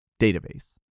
database